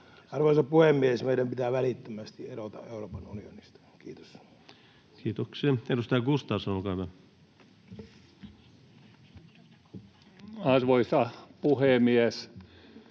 Arvoisa puhemies! Meidän pitää välittömästi erota Euroopan unionista. — Kiitos. Kiitoksia. — Edustaja Gustafsson, olkaa hyvä. Arvoisa puhemies!